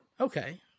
Okay